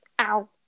Ow